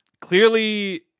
Clearly